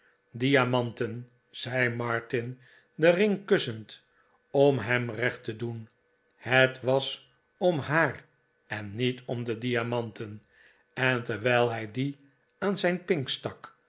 diamanten zei martin den ring kussend om hem recht te doen het was om haar en niet om de diamanten en terwijl hij dien aan zijn pink stak